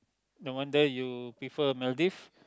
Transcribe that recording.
no wonder you prefer Maldives